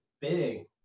bidding